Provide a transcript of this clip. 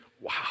Wow